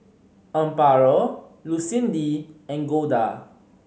Amparo Lucindy and Golda